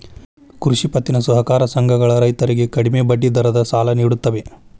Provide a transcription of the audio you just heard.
ಕೃಷಿ ಪತ್ತಿನ ಸಹಕಾರ ಸಂಘಗಳ ರೈತರಿಗೆ ಕಡಿಮೆ ಬಡ್ಡಿ ದರದ ಸಾಲ ನಿಡುತ್ತವೆ